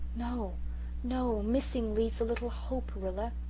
no no missing leaves a little hope, rilla,